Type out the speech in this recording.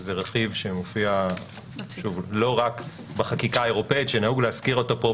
שזה רכיב שמופיע לא רק בחקיקה האירופית שנהוג להזכיר פה,